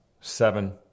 seven